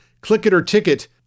click-it-or-ticket